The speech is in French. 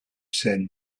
sen